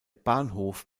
bahnhof